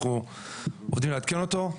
אנחנו עובדים לעדכן אותו.